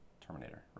Terminator